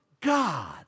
God